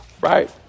right